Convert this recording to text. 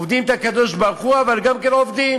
עובדים את הקדוש-ברוך-הוא אבל גם כן עובדים,